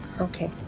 Okay